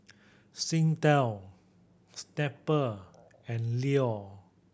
Singtel Snapple and Leo